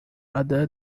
other